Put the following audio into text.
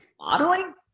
Modeling